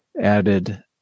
added